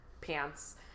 pants